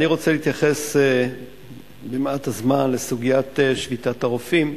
אני רוצה להתייחס במעט הזמן לסוגיית שביתת הרופאים,